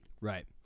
right